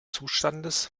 zustandes